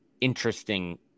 interesting